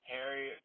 Harry